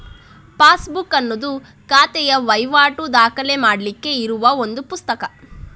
passbook ಅನ್ನುದು ಖಾತೆಯ ವೈವಾಟು ದಾಖಲೆ ಮಾಡ್ಲಿಕ್ಕೆ ಇರುವ ಒಂದು ಪುಸ್ತಕ